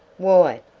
why,